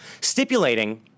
stipulating